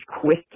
quick